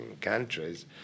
countries